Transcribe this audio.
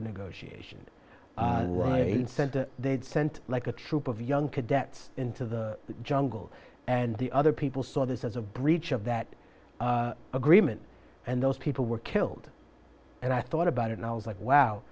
the negotiation center they'd sent like a troop of young cadets into the jungle and the other people saw this as a breach of that agreement and those people were killed and i thought about it and i was like wow